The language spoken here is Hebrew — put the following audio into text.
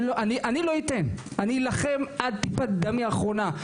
אני אלחם עד טיפת דמי האחרונה,